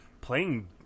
playing